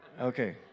okay